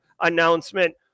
announcement